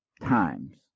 times